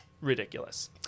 ridiculous